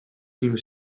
railway